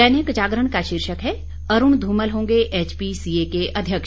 दैनिक जागरण का शीर्षक है अरूण धूमल होंगे एचपीसीए के अध्यक्ष